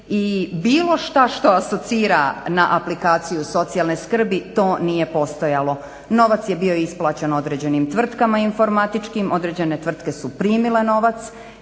i bilo šta što asocira na aplikaciju socijalne skrbi to nije postojalo. Novac je bio isplaćen određenim tvrtkama informatičkim, određene tvrtke su primile novac,